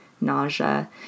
nausea